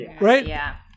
Right